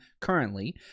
currently